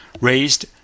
raised